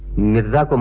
mirza.